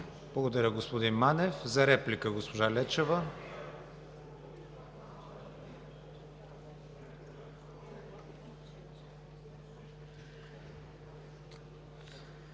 Благодаря, господин Манев. За реплика – госпожа Лечева.